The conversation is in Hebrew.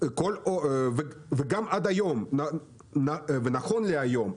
עד היום ונכון להיום,